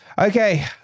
okay